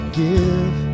give